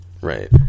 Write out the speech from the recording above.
right